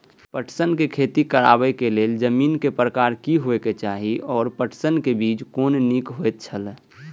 पटसन के खेती करबाक लेल जमीन के प्रकार की होबेय चाही आओर पटसन के बीज कुन निक होऐत छल?